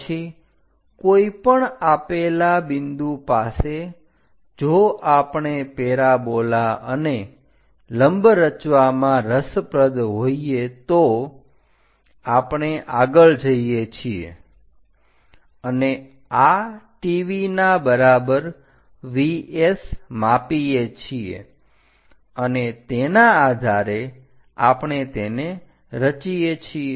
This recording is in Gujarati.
પછી કોઈપણ આપેલા બિંદુ પાસે જો આપણે પેરાબોલા અને લંબ રચવામાં રસપ્રદ હોઈએ તો આપણે આગળ જઈએ છીએ અને આ TV ના બરાબર VS માપીએ છીએ અને તેના આધારે આપણે તેને રચીએ છીએ